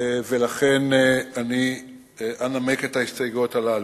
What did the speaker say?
ולכן אני אנמק את ההסתייגויות הללו.